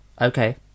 okay